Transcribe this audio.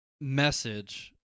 message